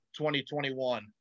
2021